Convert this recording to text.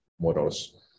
models